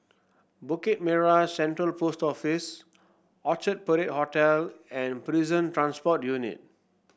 Bukit Merah Central Post Office Orchard Parade Hotel and Prison Transport Unit